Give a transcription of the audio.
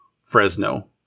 Fresno